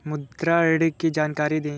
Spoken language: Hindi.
मुद्रा ऋण की जानकारी दें?